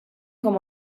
com